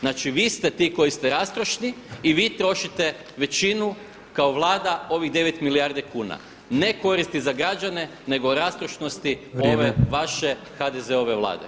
Znači vi ste ti koji ste rastrošni i vi trošite većinu kao Vlada ovih 9 milijardi kuna ne koristi za građane nego rastrošnosti ove vaše HDZ-ove Vlade.